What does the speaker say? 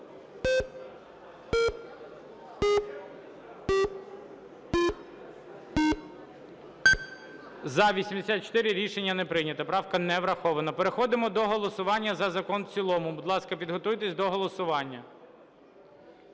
За-84 Рішення не прийнято. Правка не врахована. Переходимо до голосування за закон в цілому. Будь ласка, підготуйтесь до голосування.